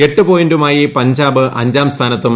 എട്ട് പോയിന്റുമായി പഞ്ചാബ് അഞ്ചാം സ്ഥാനത്തും